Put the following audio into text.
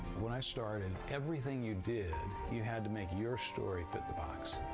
when i started, and everything you did, you had to make your story fit the box.